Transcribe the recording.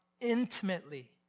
intimately